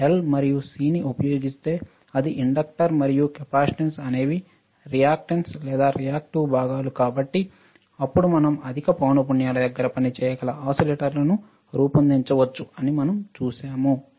L మరియు C ని ఉపయోగిస్తే అది ఇండక్టర్ మరియు కెపాసిటెన్స్ అనేవి రియాక్టన్స్ లేదా రియాక్టివ్ భాగాలు కాబట్టి అప్పుడు మనం అధిక పౌనపున్యాల దగ్గర పని చేయగల ఓసిలేటర్లను రూపొందించవచ్చు అని మనం చూశాము